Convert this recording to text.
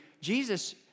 Jesus